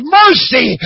mercy